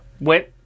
went